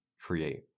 create